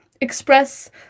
express